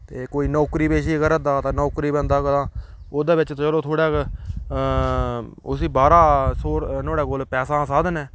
ते कोई नौकरी पेशी करा दा तां नौकरी बंदा ओह्दे बिच्च चलो थोह्ड़ा उसी बाह्रा सोल नोह्ड़े कोल पैसे दा साधन ऐ